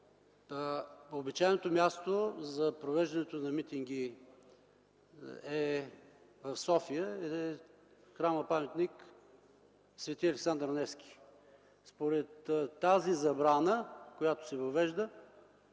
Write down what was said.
обичайното място за провеждането на митинги в София е Храм-паметникът „Св. Александър Невски”. Според тази забрана, която се въвежда,